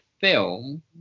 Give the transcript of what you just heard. film